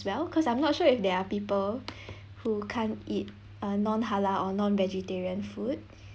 well because I'm not sure if there are people who can't eat uh non-halal or non-vegetarian food